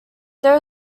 there